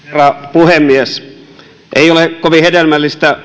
puhemies ei ole kovin hedelmällistä